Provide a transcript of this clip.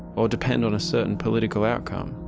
or depend on a certain political outcome,